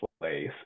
place